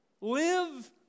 live